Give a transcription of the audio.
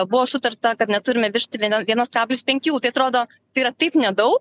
buvo sutarta kad neturime viršyti viena vienasas kablis penkių tai atrodo tai yra taip nedau